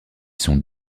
sont